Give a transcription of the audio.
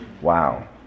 Wow